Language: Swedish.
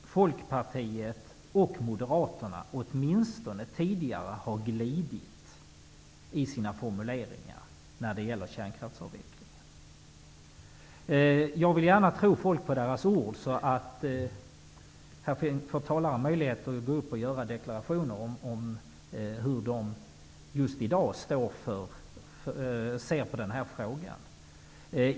Folkpartiet och Moderaterna har åtminstone tidigare glidit i sina formuleringar i fråga om kärnkraftsavvecklingen. Jag vill gärna tro folk på deras ord. Här får talarna möjlighet att deklarera hur de just i dag ser på dessa frågor.